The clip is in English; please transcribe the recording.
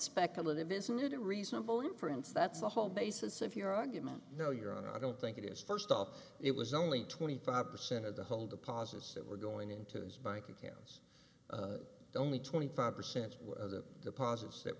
speculative is new to reasonable inference that's the whole basis of your argument no your honor i don't think it is first off it was only twenty five percent of the whole deposits that were going into his bank accounts only twenty five percent of the deposits that